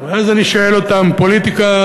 ואז אני שואל אותם: פוליטיקה,